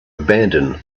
abandon